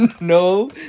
No